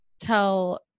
tell